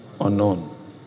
unknown